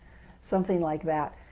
something like that,